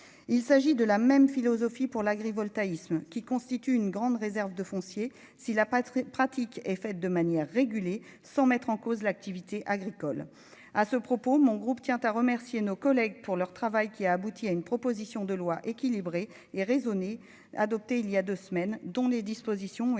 il s'agit de la même philosophie pour l'agrivoltaïsme, qui constitue une grande réserve de foncier, si la pas très pratique, est faite de manière régulée, sans mettre en cause l'activité agricole. à ce propos, mon groupe tient à remercier nos collègues pour leur travail qui a abouti à une proposition de loi équilibrée et raisonnée, adopté il y a 2 semaines, dont les dispositions ont